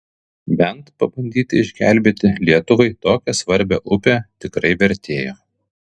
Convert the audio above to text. bent pabandyti išgelbėti lietuvai tokią svarbią upę tikrai vertėjo